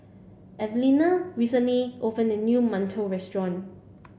Evelena recently opened a new Mantou restaurant